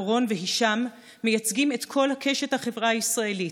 אורון והישאם מייצגים את כל קשת החברה הישראלית.